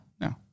no